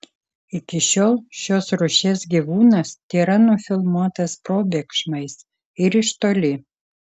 iki šiol šios rūšies gyvūnas tėra nufilmuotas probėgšmais ir iš toli